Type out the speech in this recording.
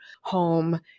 home